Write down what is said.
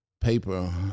paper